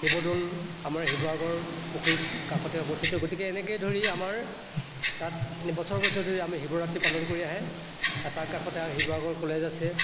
শিৱদৌল আমাৰ শিৱসাগৰ পুখুৰীত কাষতে অৱস্থিত গতিকে এনেকৈ ধৰি আমাৰ তাত বছৰ বছৰ ধৰি আমি শিৱৰাত্ৰি পালন কৰি আহে আৰু তাৰ কাষতে শিৱসাগৰ কলেজ আছে